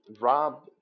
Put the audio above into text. Rob